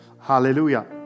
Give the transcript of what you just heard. Hallelujah